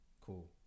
Cool